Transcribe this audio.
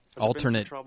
alternate